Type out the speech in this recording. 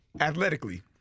athletically